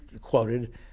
quoted